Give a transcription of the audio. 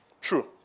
True